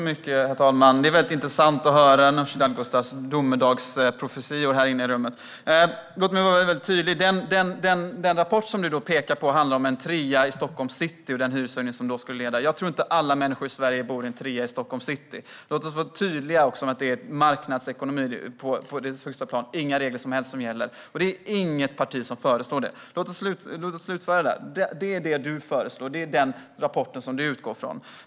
Herr talman! Det är väldigt intressant att höra Nooshi Dadgostars domedagsprofetior. Låt mig vara tydlig: Den rapport som du pekar på handlar om en trea i Stockholms city och den hyreshöjning som skulle ske där. Jag tror knappast att alla människor i Sverige bor i en trea i Stockholms city. Låt oss också vara tydliga med att detta är marknadsekonomi på dess högsta plan - inga regler som helst gäller. Det är heller inget parti som föreslår detta. Låt oss slutföra detta: Det här är vad du föreslår. Det här är den rapport som du utgår från.